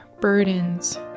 burdens